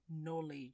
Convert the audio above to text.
knowledge